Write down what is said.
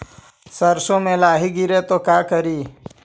सरसो मे लाहि गिरे तो का करि?